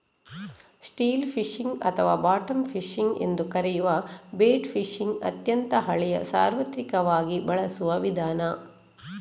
still fishing ಅಥವಾ bottom fishing ಎಂದೂ ಕರೆಯುವ ಬೆಟ್ ಫಿಶಿಂಗ್ ಅತ್ಯಂತ ಹಳೆಯ ಸಾರ್ವತ್ರಿಕವಾಗಿ ಬಳಸುವ ವಿಧಾನ